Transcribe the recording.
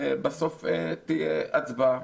ובסוף תהיה הצבעה.